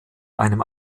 einem